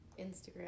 Instagram